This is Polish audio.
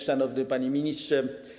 Szanowny Panie Ministrze!